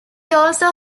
also